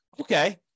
Okay